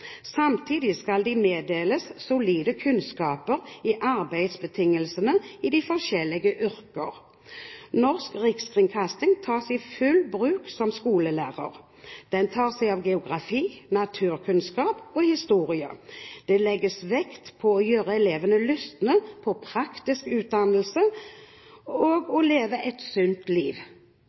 samtidig skal de meddeles solide kunnskaper om arbeidsbetingelsene i de forskjelligste yrker. Norsk Rikskringkasting tas i full bruk som skolelærer. Den tar seg av geografi, naturkunnskap, og historie. Det legges vekt på å gjöre elevene lystne på praktisk utdannelse og å leve et sundt liv.»